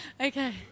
Okay